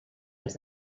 els